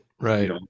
Right